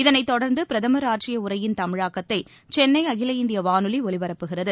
இதனைத் தொடர்ந்து பிரதமர் ஆற்றிய உரையின் தமிழாக்கத்தை சென்னை அகில இந்திய வானொலி ஒலிபரப்புகிறது